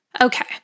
Okay